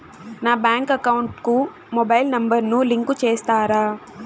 నా bank account కు mobile number ను లింకు చేస్తారా?